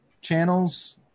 channels